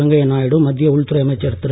வெங்கய்யா நாயுடு மத்திய உள்துறை அமைச்சர் திரு